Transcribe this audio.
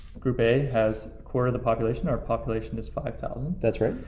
group a, has quarter of the population, our population is five thousand. that's right.